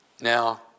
Now